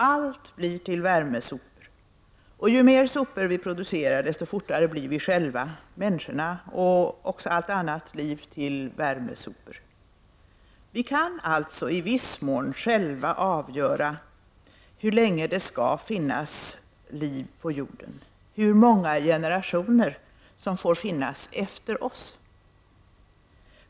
Allt blir till värmesopor och ju mer sopor vi producerar, desto fortare blir vi själva, människorna och även allt annat liv, till värmesopor. Vi kan alltså i viss mån själva avgöra hur länge det skall finnas liv på jorden, hur många generationer som får finnas efter oss.